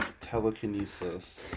telekinesis